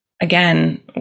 again